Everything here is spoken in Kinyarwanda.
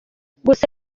gusa